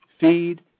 feed